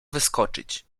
wyskoczyć